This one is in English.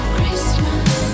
Christmas